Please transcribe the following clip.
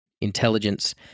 intelligence